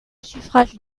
suffrage